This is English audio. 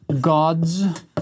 God's